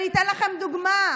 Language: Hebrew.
אני אתן לכם דוגמה.